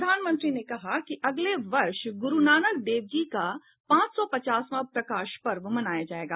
प्रधानमंत्री ने कहा कि अगले वर्ष ग्रु नानक देव जी का पांच सौ पचासवां प्रकाश पर्व मनाया जाएगा